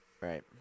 right